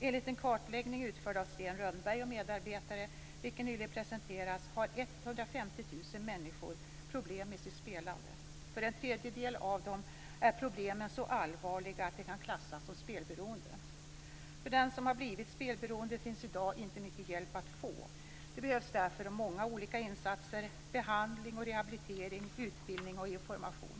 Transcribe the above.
Enligt en kartläggning utförd av Sten Rönnberg och medarbetare vilken nyligen presenterats har 150 000 människor problem med sitt spelande. För en tredjedel av dem är problemen så allvarliga att de kan klassas som spelberoende. För den som har blivit spelberoende finns i dag inte mycket hjälp att få. Det behövs därför många olika insatser; behandling och rehabilitering, utbildning och information.